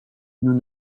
nous